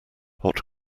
hot